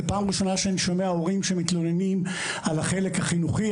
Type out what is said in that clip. זה פעם ראשונה שאני שומע הורים שמתלוננים על החלק החינוכי,